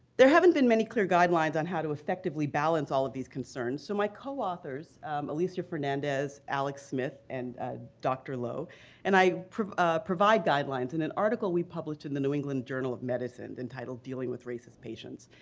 there haven't been many clear guidelines on how to effectively balance all of these concerns. so my co-authors elisa fernandez, alex smith, and dr. lowe and i provide ah provide guidelines in an article we published in the new england journal of medicine entitled dealing with racist patients.